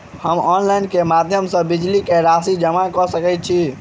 हम ऑनलाइन केँ माध्यम सँ बिजली कऽ राशि जमा कऽ सकैत छी?